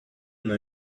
know